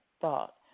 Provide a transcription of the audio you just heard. thought